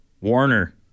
Warner